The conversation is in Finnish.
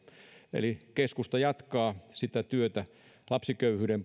eli keskusta jatkaa sitä työtä lapsiköyhyyden